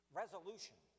resolution